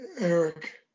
Eric